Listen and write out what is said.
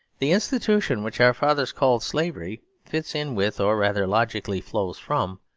the institution which our fathers called slavery fits in with, or rather logically flows from,